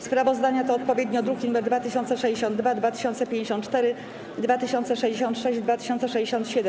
Sprawozdania to odpowiednio druki nr 2062, 2054, 2066, 2067.